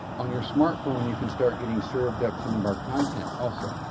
on your smartphone, you can start getting served up some of our content also.